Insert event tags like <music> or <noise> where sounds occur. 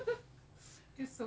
<laughs>